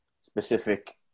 specific